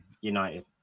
United